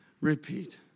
repeat